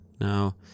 now